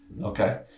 Okay